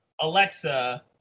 Alexa